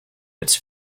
its